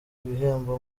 ibihembo